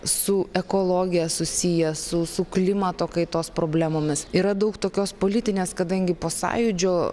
su ekologija susiję su su klimato kaitos problemomis yra daug tokios politinės kadangi po sąjūdžio